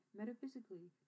metaphysically